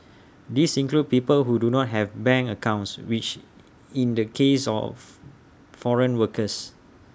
these include people who do not have bank accounts which in the case of foreign workers